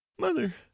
Mother